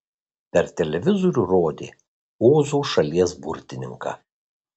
per televizorių rodė ozo šalies burtininką